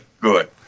good